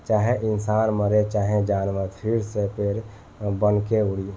चाहे इंसान मरे चाहे जानवर फिर से पेड़ बनके उगी